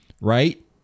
right